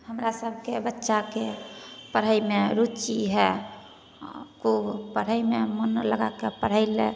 हमरा सबके बच्चाके पढ़यमे रूचि हइ खूब पढ़यमे मोन लगाके पढ़य लए